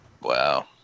Wow